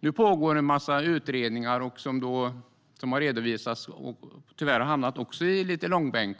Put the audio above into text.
Nu pågår en massa utredningar som har redovisats men tyvärr också hamnat lite i långbänk.